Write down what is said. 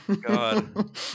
god